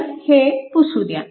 तर हे पुसू द्या